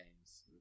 games